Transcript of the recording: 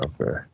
Okay